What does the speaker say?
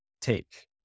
take